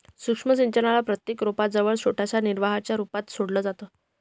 सूक्ष्म सिंचनाला प्रत्येक रोपा जवळ छोट्याशा निर्वाहाच्या रूपात सोडलं जातं